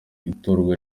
itorwa